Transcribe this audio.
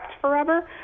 forever